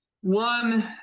one